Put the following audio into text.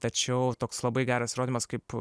tačiau toks labai geras įrodymas kaip